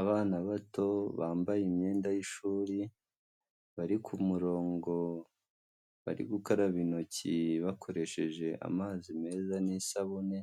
Abana bato bambaye imyenda y'ishuri bari ku murongo bari gukaraba intoki bakoresheje amazi meza n'isabune